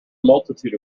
multitude